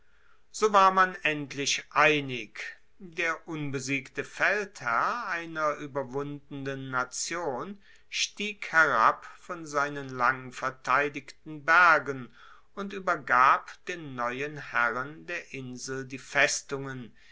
so war man endlich einig der unbesiegte feldherr einer ueberwundenen nation stieg herab von seinen langverteidigten bergen und uebergab den neuen herren der insel die festungen